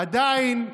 עדיין,